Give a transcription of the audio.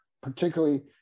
particularly